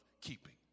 keeping